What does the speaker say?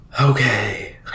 okay